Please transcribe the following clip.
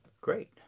Great